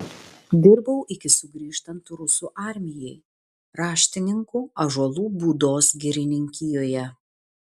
dirbau iki sugrįžtant rusų armijai raštininku ąžuolų būdos girininkijoje